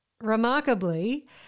remarkably